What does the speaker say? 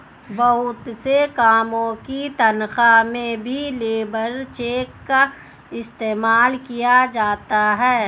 बहुत से कामों की तन्ख्वाह में भी लेबर चेक का इस्तेमाल किया जाता है